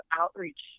outreach